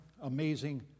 Amazing